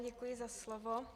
Děkuji za slovo.